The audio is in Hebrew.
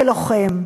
כלוחם.